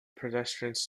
pedestrians